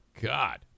God